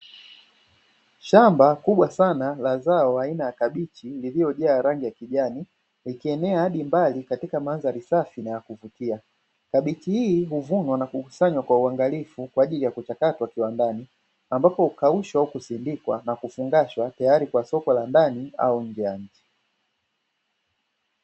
Shamba kubwa sana la zao aina ya kabichi lililojaa rangi ya kijani likienea adi mbali katika mandhari safi na ya kuvutia, kabichi hii uvunwa na kukusanywa kwa uangalifu kwa ajili ya kuchakatwa kiwandani, ambapo ukaushwa au kusindikwa na kufungashwa tayari kwa soko la ndani au nje ya nchi.